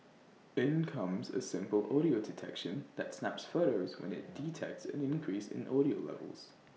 in comes A simple audio detection that snaps photos when IT detects an increase in audio levels